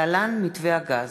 תודה.